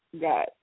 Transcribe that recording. got